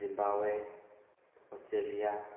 Zimbabwe Australia